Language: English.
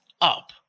up